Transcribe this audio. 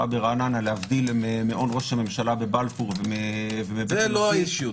ברעננה להבדיל ממעון ראש הממשלה בבלפור --- זה לא ה issue.